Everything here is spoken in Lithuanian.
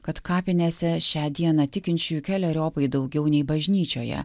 kad kapinėse šią dieną tikinčiųjų keleriopai daugiau nei bažnyčioje